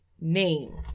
name